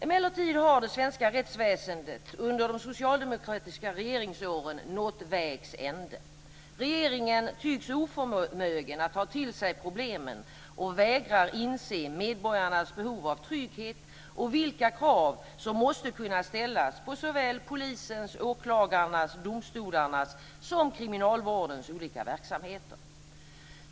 Emellertid har det svenska rättsväsendet under de socialdemokratiska regeringsåren nått vägs ände. Regeringen tycks oförmögen att ta till sig problemen och vägra inse medborgarnas behov av trygghet och vilka krav som måste kunna ställas på såväl polisens, åklagarnas, domstolarnas som kriminalvårdens olika verksamheter.